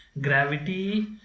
gravity